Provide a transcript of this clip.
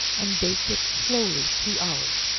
and bake it slowly two hours.